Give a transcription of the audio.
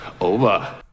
Over